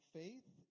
faith